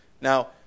Now